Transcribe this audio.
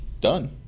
done